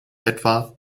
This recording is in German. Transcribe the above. etwa